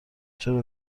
چرا